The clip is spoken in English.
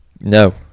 No